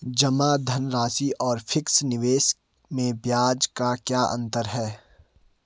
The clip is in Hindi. जमा धनराशि और फिक्स निवेश में ब्याज का क्या अंतर है?